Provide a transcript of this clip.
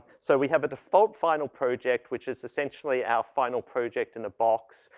so we have a default final project which is essentially our final project in a box.